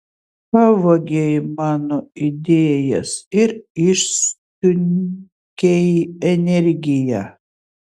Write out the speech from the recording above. pavogei mano idėjas ir išsunkei energiją